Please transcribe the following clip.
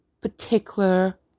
particular